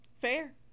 fair